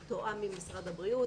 הוא מתואם עם משרד הבריאות,